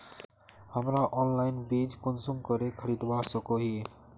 हमरा ऑनलाइन बीज कुंसम करे खरीदवा सको ही?